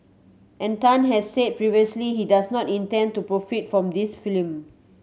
and Tan has said previously he does not intend to profit from this film